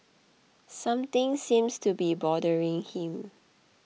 something seems to be bothering him